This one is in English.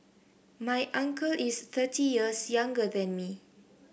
my uncle is thirty years younger than me